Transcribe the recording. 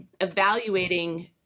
evaluating